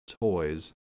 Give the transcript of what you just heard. toys